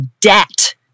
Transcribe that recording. debt